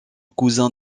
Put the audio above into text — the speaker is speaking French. cousin